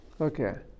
Okay